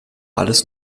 alles